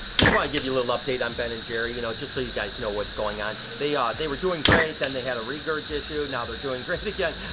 just wanna give you a little update on ben and jerry, you know just so you guys know what's going on. they um were were doing great, then they had a regurg issue, now they're doing great and again,